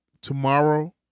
tomorrow